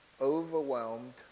overwhelmed